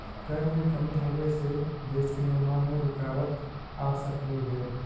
कर में कमी होबे से देश के निर्माण में रुकाबत आ सकलई हे